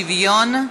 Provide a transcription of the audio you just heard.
שוויון).